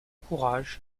courage